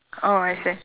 orh is it